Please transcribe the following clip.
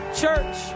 Church